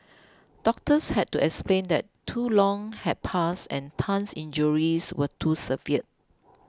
doctors had to explain that too long had passed and Tan's injuries were too severe